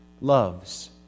loves